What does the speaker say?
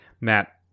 Matt